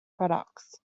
products